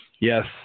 Yes